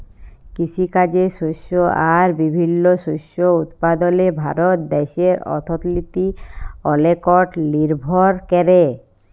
কিসিকাজে শস্য আর বিভিল্ল্য শস্য উৎপাদলে ভারত দ্যাশের অথ্থলিতি অলেকট লিরভর ক্যরে